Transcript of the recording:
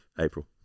April